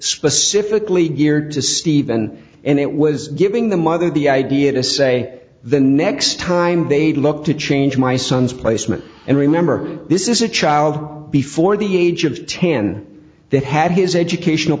specifically geared to stephen and it was giving the mother the idea to say the next time they'd look to change my son's placement and remember this is a child before the age of ten they've had his educational